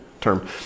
term